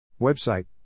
Website